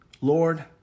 Lord